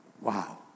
Wow